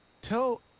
tell